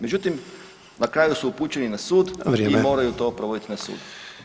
Međutim, na kraju su upućeni na sud i moraju [[Upadica:]] to provoditi na sudu.